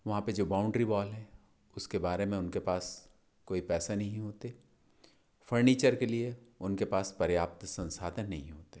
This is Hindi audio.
वहाँ पर जो बाउंड्री वॉल है उसके बारे में उनके पास कोई पैसे नहीं होते फर्नीचर के लिए उनके पास पर्याप्त संसाधन नहीं होते